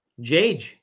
Jage